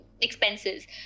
expenses